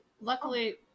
luckily